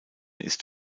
ist